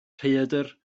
rhaeadr